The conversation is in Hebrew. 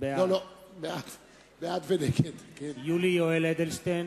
בעד יולי יואל אדלשטיין,